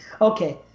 Okay